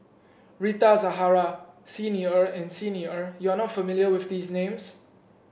Rita Zahara Xi Ni Er and Xi Ni Er you are not familiar with these names